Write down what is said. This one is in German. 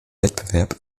wettbewerb